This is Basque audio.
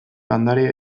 landare